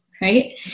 right